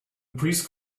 priest